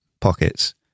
pockets